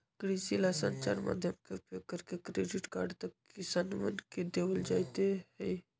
कृषि ला संचार माध्यम के उपयोग करके क्रेडिट कार्ड तक किसनवन के देवल जयते हई